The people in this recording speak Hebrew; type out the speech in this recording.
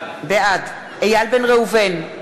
בעד איל בן ראובן,